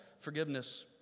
forgiveness